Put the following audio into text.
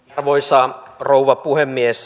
arvoisa rouva puhemies